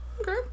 Okay